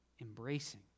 embracing